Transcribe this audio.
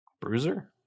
bruiser